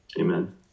Amen